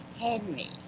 Henry